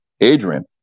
Adrian